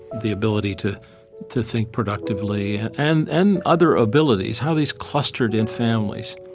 the ability to to think productively and and other abilities, how these clustered in families.